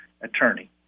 attorney